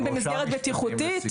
האם הם במסגרת בטיחותית?